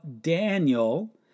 Daniel